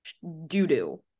doo-doo